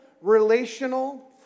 relational